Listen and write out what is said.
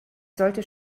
sollte